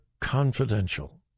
confidential